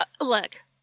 Look